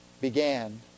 began